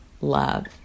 love